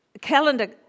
calendar